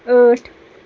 ٲٹھ